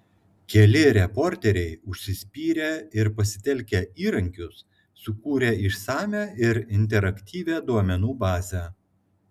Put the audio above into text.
keli reporteriai užsispyrė ir pasitelkę įrankius sukūrė išsamią ir interaktyvią duomenų bazę